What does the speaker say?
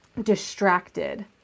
distracted